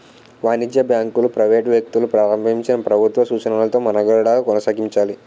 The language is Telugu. వాణిజ్య బ్యాంకులు ప్రైవేట్ వ్యక్తులు ప్రారంభించినా ప్రభుత్వ సూచనలతో మనుగడ కొనసాగించాలి